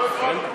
לא הפרענו.